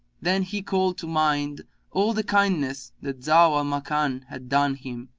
then he called to mind all the kindness that zau al-makan had done him,